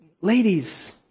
Ladies